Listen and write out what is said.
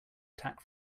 attack